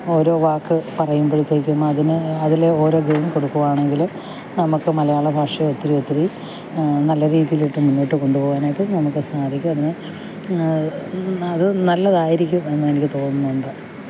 ഓരോ വാക്ക് പറയുമ്പോഴത്തേക്കും അതിന് അതിൽ ഓരോ ഗെയിം കൊടുക്കുവാണെങ്കിൽ നമുക്ക് മലയാളഭാഷ ഒത്തിരി ഒത്തിരി നല്ല രീതിയിൽ മുന്നോട്ട് കൊണ്ടുപോവാനായിട്ട് നമുക്ക് സാധിക്കും അതിന് അത് നല്ലതായിരിക്കും എന്ന് എനിക്ക് തോന്നുന്നുണ്ട്